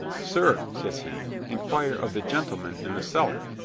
sir, says he, inquire of the gentlemen in the cellar.